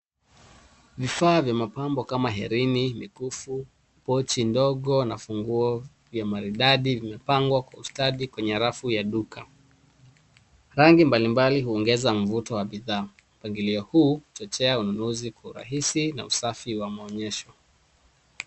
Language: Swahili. Vifaa vya mapambo kama herini, mikufu pochi ndogo na funguo vya maridadi vimepangwa kwa ustadi kwenye rafu ya duka. Rangi mbali mbali huongeza mvuto wa bidhaa. Mpangilio huu huchochea ununuzi kwa urahisi na usafi wa maonyesho.